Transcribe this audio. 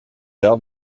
arts